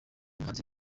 muhanzi